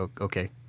okay